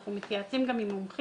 אנחנו מתייעצים גם עם מומחים